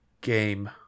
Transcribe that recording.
game